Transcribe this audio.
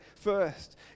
first